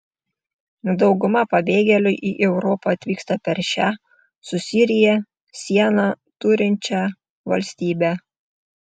dauguma pabėgėlių į europą atvyksta per šią su sirija sieną turinčią valstybę